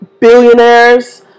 billionaires